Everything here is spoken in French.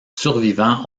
survivants